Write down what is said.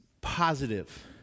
positive